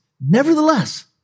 Nevertheless